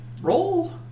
Roll